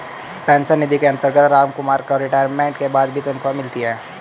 pension निधि के अंतर्गत रामकुमार को रिटायरमेंट के बाद भी तनख्वाह मिलती